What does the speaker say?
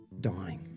dying